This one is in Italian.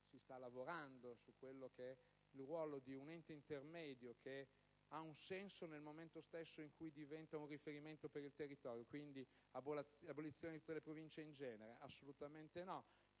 Si sta lavorando sul ruolo di un ente intermedio, che ha un senso nel momento stesso in cui diventa un riferimento per il territorio. Quindi l'abolizione di tutte le Province in genere? Assolutamente no.